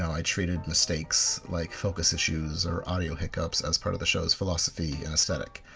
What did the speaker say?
i treated mistakes, like focus issues or audio hiccups as part of the show's philosophy and aesthetic.